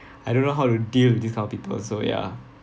I don't know how to deal with this kind of people so ya